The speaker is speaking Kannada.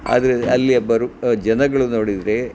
ಆದರೆ ಅಲ್ಲಿಯ ಬರೋ ಜನಗಳು ನೋಡಿದರೆ